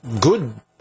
good